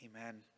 Amen